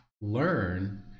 learn